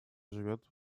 живет